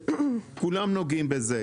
כולם נוגעים בזה.